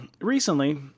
recently